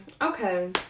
okay